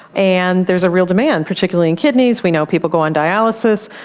and there's a real demand, particularly in kidneys. we know people go on dialysis.